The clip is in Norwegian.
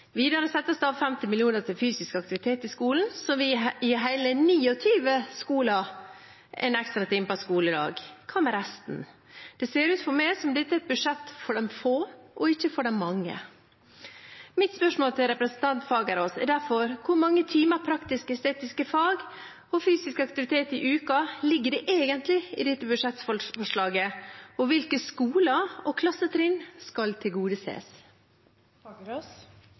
Videre settes det av 50 mill. kr til fysisk aktivitet i skolen, noe som vil gi hele 29 skoler én ekstra time på en skoledag. Hva med resten? Det ser ut for meg som om dette er et budsjett for de få, og ikke for de mange. Mitt spørsmål til representanten Fagerås er derfor: Hvor mange timer praktisk-estetiske fag og fysisk aktivitet i uka ligger det egentlig i dette budsjettforslaget, og hvilke skoler og klassetrinn skal